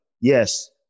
yes